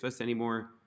anymore